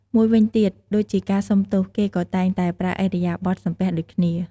មួយវិញទៀតដូចជាការសុំទោស គេក៏តែងតែប្រើឥរិយាបទសំពះដូចគ្នា។